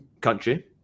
country